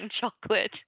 chocolate